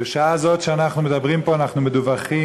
בשעה זו שאנחנו מדברים פה אנחנו מדוּוחים